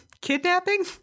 kidnapping